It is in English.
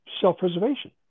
self-preservation